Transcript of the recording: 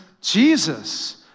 Jesus